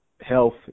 health